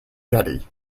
jetty